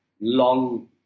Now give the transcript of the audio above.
long